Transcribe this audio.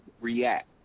react